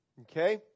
Okay